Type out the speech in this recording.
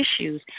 issues